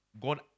God